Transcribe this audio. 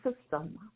system